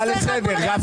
הצעה לסדר, גפני.